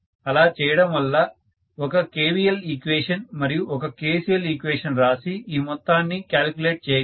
అలా చేయడం వల్ల ఒక KVL ఈక్వేషన్ మరియు ఒక KCL ఈక్వేషన్ రాసి ఈ మొత్తాన్ని కాలిక్యులేట్ చేయగలను